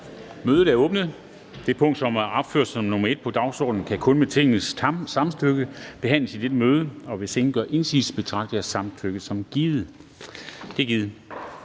Kristensen): Det punkt, som er opført som nr. 1 på dagsordenen, kan kun med Tingets samtykke behandles i dette møde. Hvis ingen gør indsigelse, betragter jeg samtykket som givet.